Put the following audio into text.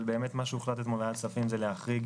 אבל מה שהוחלט בוועדת הכספים זה להחריג